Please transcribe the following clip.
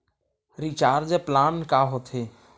Recharge plan का होथे?